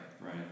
right